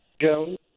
Jones